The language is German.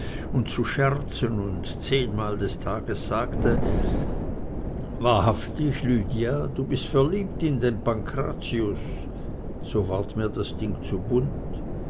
und zu scherzen und zehnmal des tages sagte wahrhaftig lydia du bist verliebt in den pankrazius so ward mir das ding zu bunt